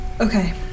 Okay